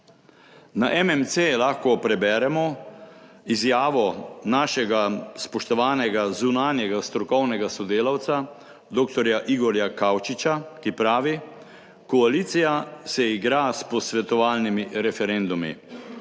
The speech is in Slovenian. Na MMC lahko preberemo izjavo našega spoštovanega zunanjega strokovnega sodelavca doktorja Igorja Kavčiča, ki pravi: "Koalicija se igra s posvetovalnimi referendumi,